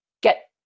get